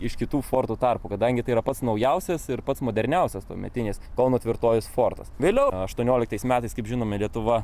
iš kitų fortų tarpų kadangi tai yra pats naujausias ir pats moderniausias tuometinis kauno tvirtovės fortas vėliau aštuonioliktais metais kaip žinome lietuva